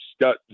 got